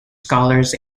scholars